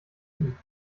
leben